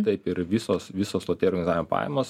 taip ir visos visos loterijų organizavimo pajamos